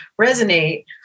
resonate